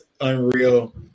unreal